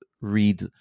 read